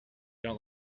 don’t